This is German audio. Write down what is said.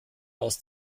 aus